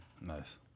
nice